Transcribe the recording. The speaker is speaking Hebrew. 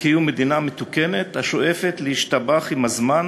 לקיום מדינה מתוקנת השואפת להשתבח עם הזמן,